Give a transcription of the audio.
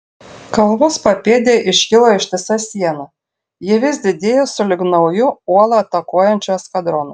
kalvos papėdėje iškilo ištisa siena ji vis didėjo sulig nauju uolą atakuojančiu eskadronu